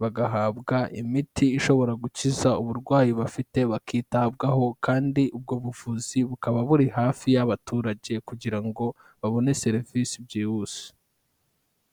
bagahabwa imiti ishobora gukiza uburwayi bafite bakitabwaho kandi ubwo buvuzi bukaba buri hafi y'abaturage kugira ngo babone serivisi byihuse.